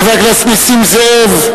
חבר הכנסת נסים זאב,